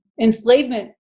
enslavement